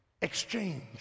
Exchange